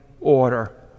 order